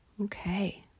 Okay